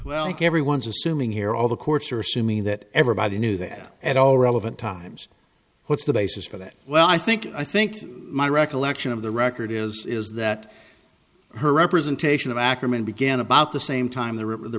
well everyone's assuming here all the courts are assuming that everybody knew that at all relevant times what's the basis for that well i think i think my recollection of the record is that her representation of ackerman began about the same time the river the